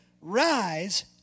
rise